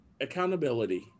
accountability